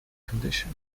condition